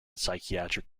psychiatric